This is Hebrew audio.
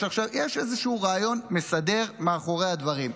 יש איזשהו רעיון מסדר מאחורי הדברים.